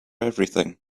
everything